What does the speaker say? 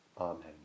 Amen